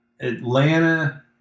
Atlanta